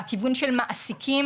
מהכיוון של מעסיקים,